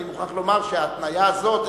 אני מוכרח לומר שההתניה הזאת,